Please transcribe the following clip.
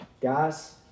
Guys